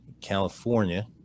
California